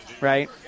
right